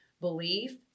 belief